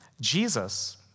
Jesus